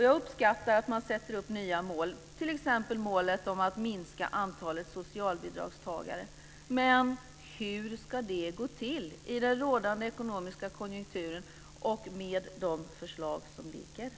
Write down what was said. Jag uppskattar att man sätter upp nya mål, t.ex. målet om att minska antalet socialbidragstagare. Men hur ska det gå till i den rådande ekonomiska konjunkturen och med de förslag som föreligger?